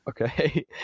okay